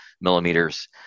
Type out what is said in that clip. millimeters